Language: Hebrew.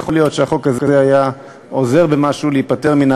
יכול להיות שהחוק הזה היה עוזר במשהו להיפטר מן